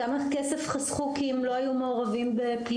כמה כסף חסכו כי הם לא היו מעורבים בפלילים